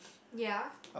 ya